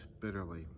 bitterly